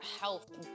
health